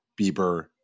Bieber